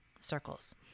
circles